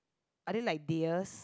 are they like deers